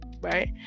right